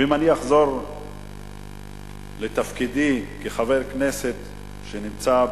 אם אני אחזור לתפקידי כחבר כנסת שנמצא,